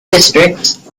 districts